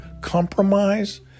compromise